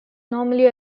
normally